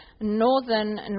Northern